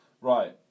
Right